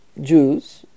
Jews